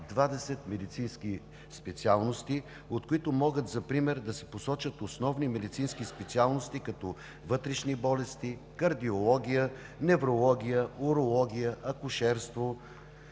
20 медицински специалности, от които могат за пример да се посочат основни медицински специалности, като: вътрешни болести, кардиология, неврология, урология, акушерство